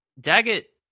Daggett